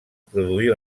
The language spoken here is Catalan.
produir